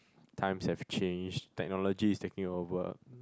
times have changed technology is taking over